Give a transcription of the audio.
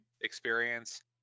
experience